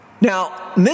Now